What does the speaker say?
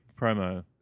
promo